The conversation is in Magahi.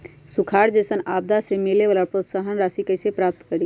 सुखार जैसन आपदा से मिले वाला प्रोत्साहन राशि कईसे प्राप्त करी?